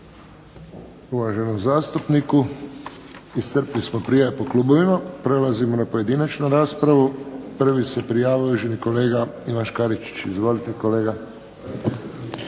uvaženom zastupniku. Iscrpili smo prijave po klubovima. Prelazimo na pojedinačnu raspravu. Prvi se prijavio uvaženi kolega Ivan Škaričić. Izvolite, kolega.